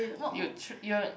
you you